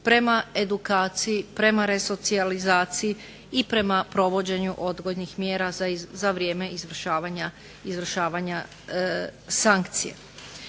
prema edukaciji, prema resocijalizaciji i prema provođenju odgojnih mjera za vrijeme izvršavanja sankcija.